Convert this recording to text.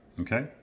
Okay